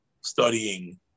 studying